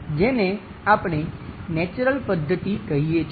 જેને આપણે નેચરલ પદ્ધતિ કહીએ છીએ